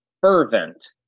fervent